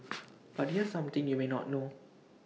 but here's something you may not know